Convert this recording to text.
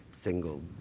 single